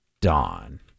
dawn